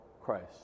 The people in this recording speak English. Christ